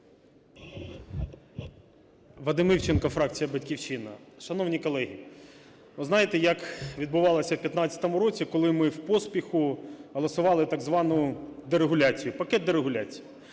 Вадим Івченко, фракція "Батьківщина". Шановні колеги, ви знаєте як відбувалося в 15-у році, коли ми в поспіху голосували так звану дерегуляцію,